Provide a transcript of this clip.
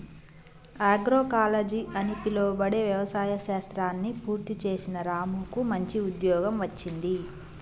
agroecology అని పిలువబడే వ్యవసాయ శాస్త్రాన్ని పూర్తి చేసిన రాముకు మంచి ఉద్యోగం వచ్చింది